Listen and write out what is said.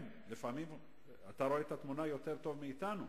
אתה רואה את התמונה יותר טוב מאתנו,